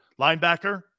linebacker